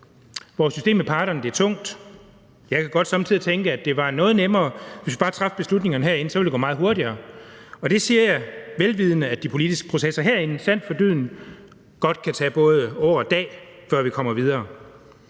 Vores system med parterne er tungt. Jeg kan godt somme tider tænke, at det var noget nemmere, hvis vi bare traf beslutningerne herinde, for så ville det gå meget hurtigere, og det siger jeg, vel vidende at de politiske processer herinde sandt for dyden godt kan tage både år og dag, før vi kommer videre.